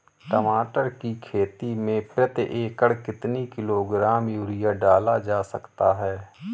टमाटर की खेती में प्रति एकड़ कितनी किलो ग्राम यूरिया डाला जा सकता है?